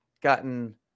gotten